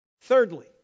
thirdly